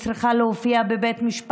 היא צריכה להופיע בבית משפט,